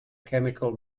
chemical